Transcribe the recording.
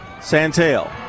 Santel